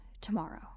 tomorrow